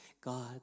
God